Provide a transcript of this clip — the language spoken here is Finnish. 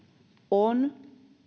on